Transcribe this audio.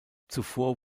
zuvor